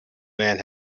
man